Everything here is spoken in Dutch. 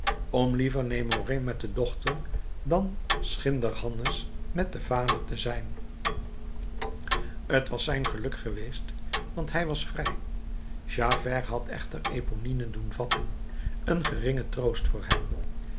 om liever nemorin met de dochter dan schinderhannes met den vader te zijn t was zijn geluk geweest want hij was vrij javert had echter eponine doen vatten een geringe troost voor hem